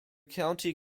county